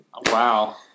Wow